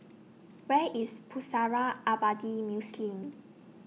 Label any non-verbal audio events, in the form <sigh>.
Where IS Pusara Abadi Muslim <noise>